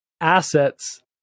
assets